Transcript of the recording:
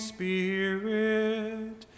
Spirit